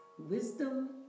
Wisdom